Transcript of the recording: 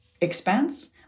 expense